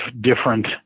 different